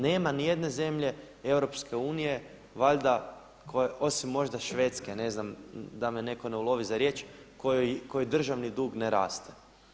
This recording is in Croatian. Nema niti jedne zemlje EU valjda koja, osim možda Švedske, ne znam da me netko ne ulovi za riječ kojoj državni dug ne raste.